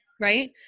right